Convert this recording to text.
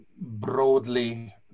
broadly